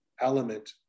element